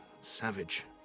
Savage